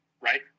right